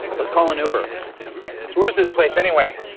let's call an uber. so where's this place, anyway?